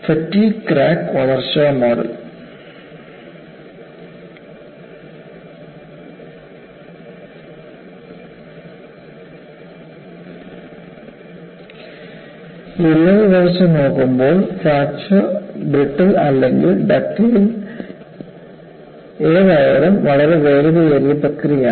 fatigue crack വളർച്ച model വിള്ളൽ വളർച്ച നോക്കുമ്പോൾഫ്രാക്ചർ ബ്രിട്ടിൽ അല്ലെങ്കിൽ ഡക്റ്റൈൽ ഏതായാലും വളരെ വേഗതയേറിയ പ്രക്രിയയാണ്